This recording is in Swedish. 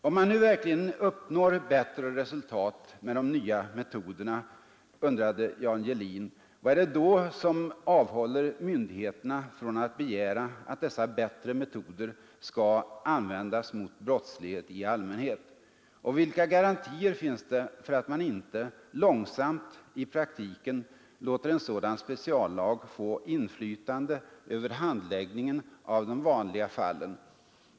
”Om man nu verkligen uppnår bättre resultat med de nya metoderna”, undrade Jan Gehlin, ”vad är det då som avhåller myndigheterna från att begära att dessa ”bättre” metoder skall användas mot brottslighet i allmänhet? Och vilka garantier finns det för att man inte, långsamt, i praktiken låter en sådan speciallag få inflytande över handläggningen av de ”vanliga” fallen?